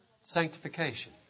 Sanctification